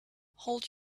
hold